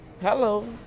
Hello